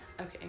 Okay